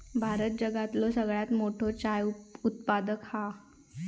भारत जगातलो सगळ्यात मोठो चाय उत्पादक हा